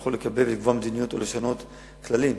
שיכול לקבוע מדיניות ולשנות כללים.